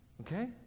Okay